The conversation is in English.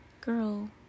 girl